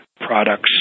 products